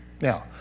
now